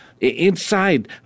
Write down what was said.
Inside